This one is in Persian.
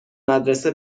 مدرسه